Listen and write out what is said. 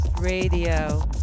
Radio